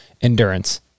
endurance